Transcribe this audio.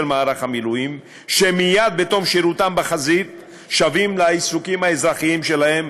מערך המילואים שמייד בתום שירותם בחזית שבים לעיסוקים האזרחיים שלהם.